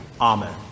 Amen